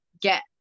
get